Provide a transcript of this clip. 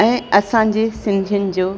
ऐं असांजे सिंधियुनि जो